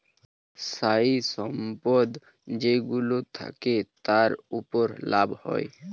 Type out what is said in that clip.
স্থায়ী সম্পদ যেইগুলো থাকে, তার উপর লাভ হয়